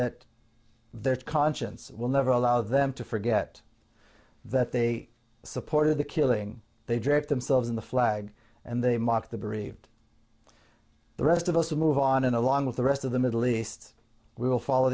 that their conscience will never allow them to forget that they supported the killing they dragged themselves in the flag and they mock the bereaved the rest of us to move on and along with the rest of the middle east we will follow